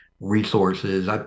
resources